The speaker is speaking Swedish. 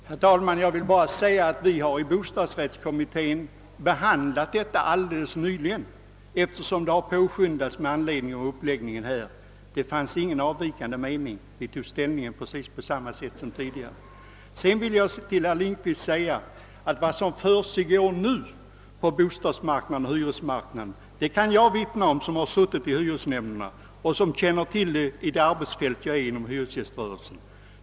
Herr talman! Jag vill endast upplysningsvis meddela att vi har behandlat detta förslag i bostadsrättskommittén helt nyligen, eftersom ärendet påskyndats med anledning av riksdagsarbetets uppläggning. Inom utredningen förelåg ingen avvikande mening. Vi tog ställning på exakt samma sätt som tidigare. Till herr Lindkvist vill jag vidare säga att jag kan vittna om det som nu försiggår på hyresmarknaden, eftersom jag suttit i hyresnämnder och dessutom känner till dessa frågor genom mitt arbete inom hyresgäströrelsen.